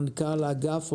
מנכ"ל אגף,